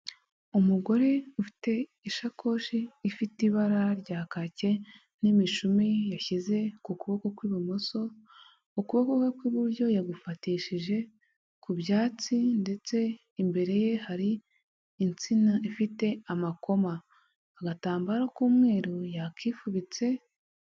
Umugore ufite ishakoshi ifite ibara rya kake n'imishumi yashyize ku kuboko kw'ibumoso ukuboko kwe kw'iburyo yagufatishije ku byatsi ndetse imbere ye hari insina ifite amakoma agatambaro k'umweru yakifubitse.